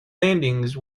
landings